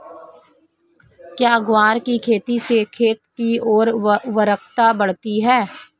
क्या ग्वार की खेती से खेत की ओर उर्वरकता बढ़ती है?